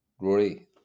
Rory